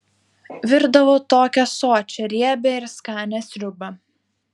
virdavau tokią sočią riebią ir skanią sriubą